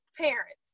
parents